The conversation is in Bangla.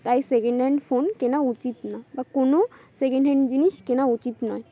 তাই সেকেন্ড হ্যান্ড ফোন কেনা উচিত না বা কোনো সেকেন্ড হ্যান্ড জিনিস কেনা উচিত নয়